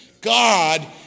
God